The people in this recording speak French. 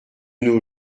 nos